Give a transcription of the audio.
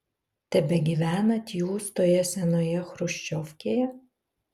tebegyvenat jūs toje senoje chruščiovkėje